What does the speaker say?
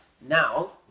now